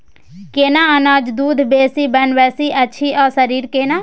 केना अनाज दूध बेसी बनबैत अछि आ शरीर केना?